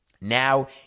Now